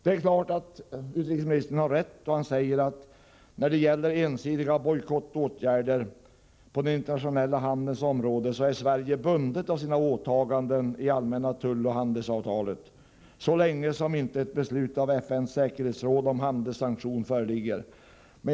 Det är klart att utrikesministern har rätt då han säger att då det gäller ensidiga bojkottåtgärder på den internationella handelns område är Sverige bundet av sina åtaganden i allmänna tulloch handelsavtalet, så länge inte ett beslut om handelssanktion föreligger i FN:s säkerhetsråd.